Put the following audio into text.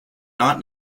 not